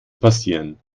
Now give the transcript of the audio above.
passieren